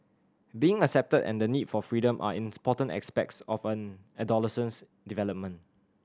being accepted and the need for freedom are aspects of an adolescent's development